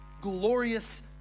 glorious